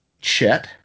Chet